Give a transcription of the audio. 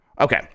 Okay